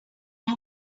but